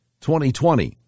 2020